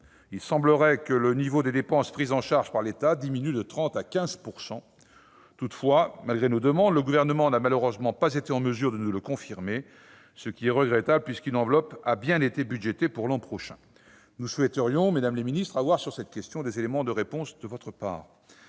Il semblerait que le niveau des dépenses prises en charge par l'État diminue, passant de 30 % à 15 %. Toutefois, malgré nos demandes, le Gouvernement n'a malheureusement pas été en mesure de nous le confirmer, ce qui est regrettable, puisqu'une enveloppe a bien été budgétée pour 2019. Nous souhaiterions, madame la ministre, avoir, sur cette question, des éléments de réponse de votre part.